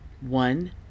One